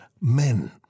men